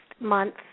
month